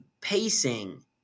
pacing